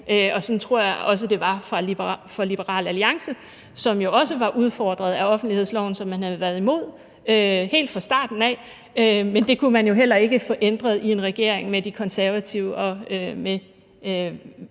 Sådan tror jeg også det var for Liberal Alliance, som jo også var udfordret af offentlighedsloven, som man havde været imod helt fra starten af. Men det kunne man jo heller ikke få ændret i en regering med De Konservative og med